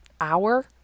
hour